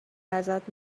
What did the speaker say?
ازت